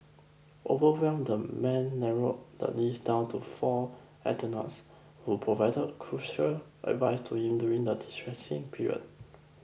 overwhelmed the man narrowed the list down to four who provided crucial advice to him during the distressing period